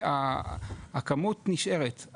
הכמות נשארת.